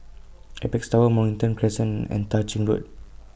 Apex Tower Mornington Crescent and Tah Ching Road